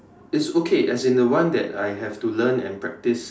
it's okay as in the one that I have to learn and practice